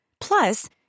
Plus